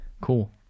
Cool